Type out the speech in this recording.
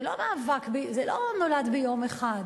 זה לא נולד ביום אחד,